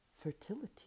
fertility